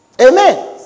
Amen